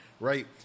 Right